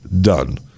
done